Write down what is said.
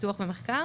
לפיתוח ומחקר